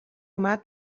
اومد